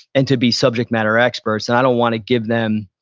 and to be subject matter experts. and i don't want to give them,